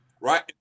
Right